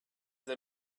they